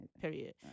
period